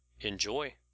Enjoy